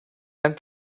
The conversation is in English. and